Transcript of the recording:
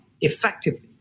effectively